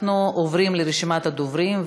אנחנו עוברים לרשימת הדוברים,